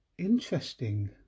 interesting